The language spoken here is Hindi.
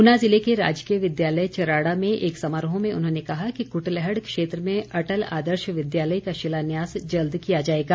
ऊना जिले के राजकीय विद्यालय चराड़ा में एक समारोह में उन्होंने कहा कि कृटलैहड़ क्षेत्र में अटल आदर्श विद्यालय का शिलान्यास जल्द किया जाएगा